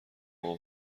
اقا